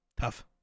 Tough